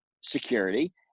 security